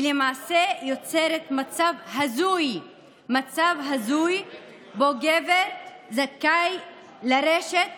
היא למעשה יוצרת מצב הזוי שבו גבר זכאי לרשת